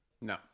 No